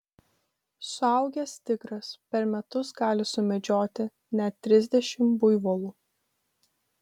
suaugęs tigras per metus gali sumedžioti net trisdešimt buivolų